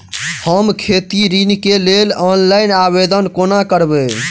हम खेती ऋण केँ लेल ऑनलाइन आवेदन कोना करबै?